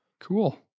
Cool